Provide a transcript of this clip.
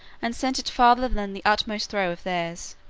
and sent it farther than the utmost throw of theirs.